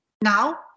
now